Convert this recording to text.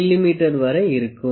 me வரை இருக்கும்